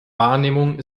wahrnehmung